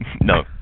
No